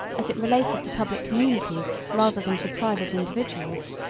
as it related to public communities rather than to private individuals,